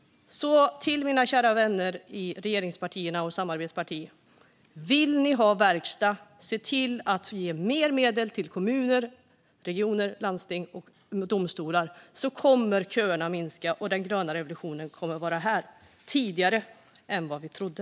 Till mina kära vänner i regeringspartierna och samarbetspartiet vill jag därför säga: Vill ni ha verkstad, se till att ge mer medel till kommuner, regioner, landsting och domstolar! Då kommer köerna att minska och den gröna revolutionen att vara här tidigare än vi trodde.